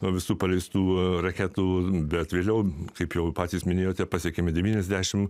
nuo visų paleistų raketų bet vėliau kaip jau patys minėjote pasiekėme devyniasdešimt